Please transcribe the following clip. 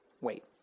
Wait